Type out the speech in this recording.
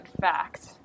fact